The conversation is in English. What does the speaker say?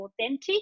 authentic